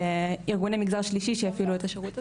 בארגוני מגזר שלישי שיפעילו את השירות הזה.